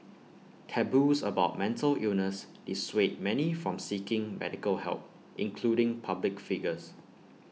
taboos about mental illness dissuade many from seeking medical help including public figures